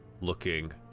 looking